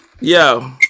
yo